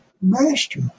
master